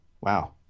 Wow